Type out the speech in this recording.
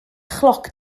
chloc